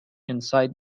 inside